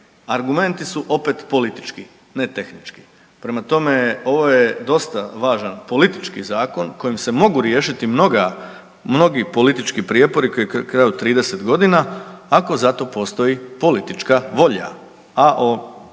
argumenti su opet politički, ne tehnički. Prema tome, ovo je dosta važan politički zakon kojim se mogu riješiti mnogi politički prijepori koji traju 30.g. ako za to postoji politička volja,